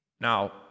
now